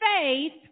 faith